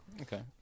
Okay